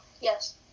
Yes